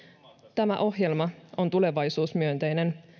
tämä ohjelma on tulevaisuusmyönteinen